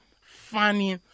funny